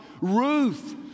Ruth